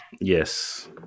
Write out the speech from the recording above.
Yes